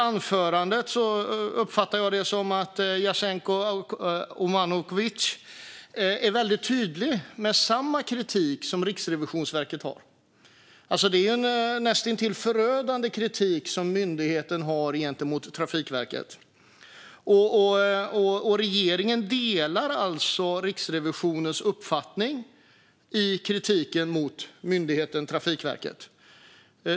Jag uppfattade det som att Jasenko Omanovic under sitt anförande var tydlig med samma kritik som Riksrevisionsverket har framfört. Det är näst intill förödande kritik som myndigheten har gentemot Trafikverket. Regeringen delar Riksrevisionens uppfattning i kritiken mot myndigheten Trafikverket.